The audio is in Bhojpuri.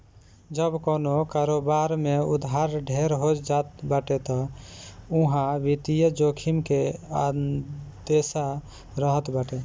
जब कवनो कारोबार में उधार ढेर हो जात बाटे तअ उहा वित्तीय जोखिम के अंदेसा रहत बाटे